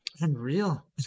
Unreal